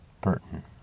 Burton